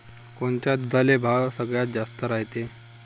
कोनच्या दुधाले भाव सगळ्यात जास्त रायते?